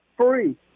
free